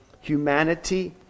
humanity